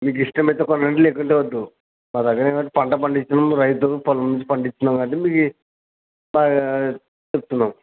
మీకు ఇష్టమైతే కొనండి లేకుంటే వద్దు మా దగ్గర ఏమో పంట పండించడం రైతులు పొలం నుంచి పండిస్తున్నాము కాబట్టి మీకు బాగా చెప్తున్నాము